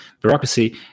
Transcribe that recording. bureaucracy